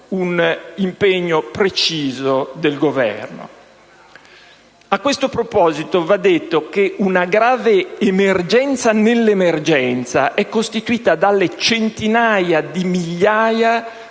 un impegno preciso del Governo. A questo proposito va detto che una grave emergenza nell'emergenza è costituita dalle centinaia di migliaia